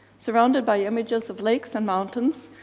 surrounded by images of lakes and mountains,